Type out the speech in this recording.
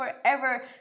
forever